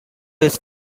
his